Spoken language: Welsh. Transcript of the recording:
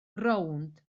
rownd